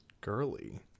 Girly